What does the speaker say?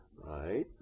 right